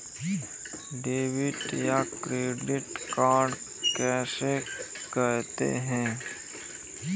Debit या credit card किसे कहते हैं?